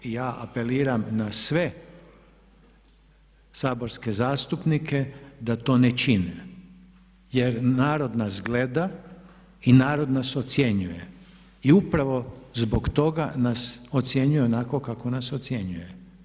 Ja apeliram na sve saborske zastupnike da to ne čine jer narod nas gleda i narod na s ocjenjuje i upravo zbog toga nas ocjenjuje onako kako nas ocjenjuje.